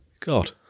God